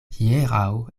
hieraŭ